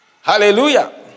hallelujah